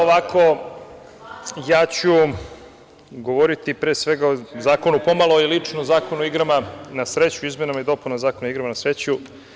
Ovako, ja ću govoriti pre svega o zakonu, pomalo i lično, o Zakonu o igrama na sreću izmenama i dopunama Zakona o igrama na sreću.